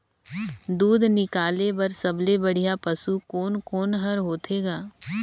दूध निकाले बर सबले बढ़िया पशु कोन कोन हर होथे ग?